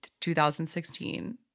2016